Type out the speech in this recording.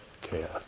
chaos